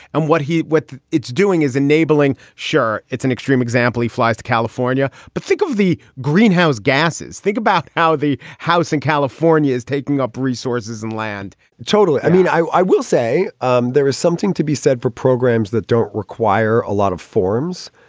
and what he what it's doing is enabling. sure. it's an extreme example flies california. but think of the greenhouse gases. think about how the house in california is taking up resources and land total i mean, i will say um there is something to be said for programs that don't require a lot of forms.